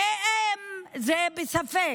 "בתי אם" זה בספק,